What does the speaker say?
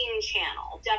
channel